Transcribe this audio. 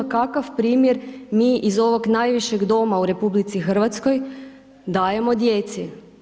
Kakav primjer mi iz ovog najvišeg doma u RH dajemo djeci?